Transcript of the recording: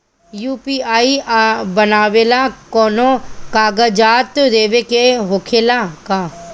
UPI बनावेला कौनो कागजात देवे के होखेला का?